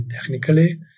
technically